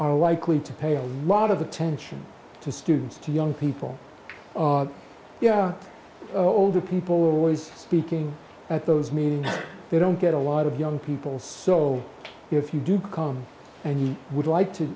are likely to pay a lot of attention to students to young people yeah older people are always speaking at those meetings they don't get a lot of young people so if you do come and you would like to